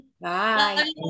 Bye